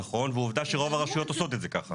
נכון, ועובדה שרוב הרשויות עושות את זה כך.